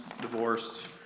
divorced